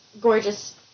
gorgeous